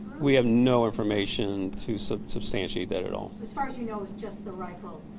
we have no information to substantiate that at all. as far as you know, it was just the rifle.